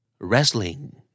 Wrestling